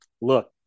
look